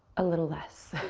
a little less.